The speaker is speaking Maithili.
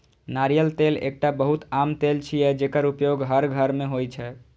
नारियल तेल एकटा बहुत आम तेल छियै, जेकर उपयोग हर घर मे होइ छै